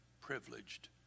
privileged